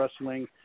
Wrestling